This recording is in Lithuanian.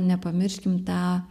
nepamirškim tą